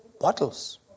Bottles